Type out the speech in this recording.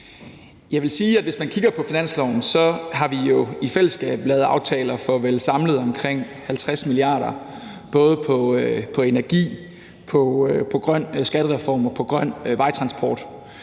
hvis man kigger på finansloven, har vi jo i fællesskab lavet aftaler for vel samlet omkring 50 mia. kr., både på energi, på grøn skattereform og på grøn vejtransport.